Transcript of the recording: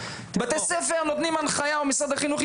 יוביל להנחיה עבור בתי הספר מטעם משרד החינוך,